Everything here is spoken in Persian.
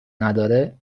نداره